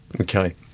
Okay